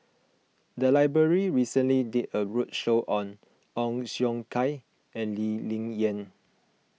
the library recently did a roadshow on Ong Siong Kai and Lee Ling Yen